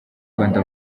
rwanda